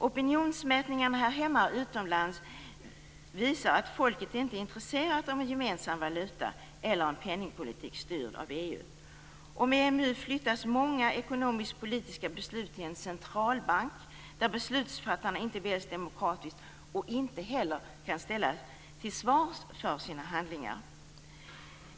Opinionsmätningarna här hemma och utomlands visar att folket inte är intresserat av en gemensam valuta eller en penningpolitik styrd av EU. Med EMU flyttas många ekonomiskt-politiska beslut till en centralbank där beslutsfattarna inte är demokratiskt valda och inte heller kan ställas till svars för sina handlingar.